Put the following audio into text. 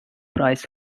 prize